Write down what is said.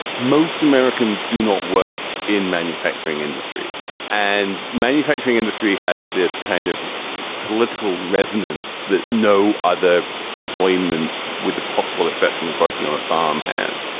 most americans do not work in manufacturing industry and manufacturing industry has this kind of political resonance that no other employment with the possible exception of working on a farm has.